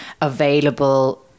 available